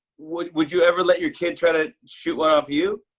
would would you ever let your kid try to shoot one off you?